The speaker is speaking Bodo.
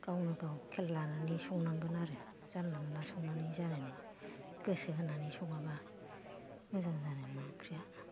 गावनो गाव खेल लानानै संनांगोन आरो जानला मोनला संनानै जानाय नङा गोसो होनानै सङाबा मोजां जानाय नङा ओंख्रिया